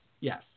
Yes